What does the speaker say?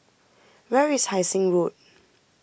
where is Hai Sing Road